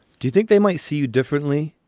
do you think they might see you differently?